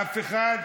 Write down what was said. אף אחד.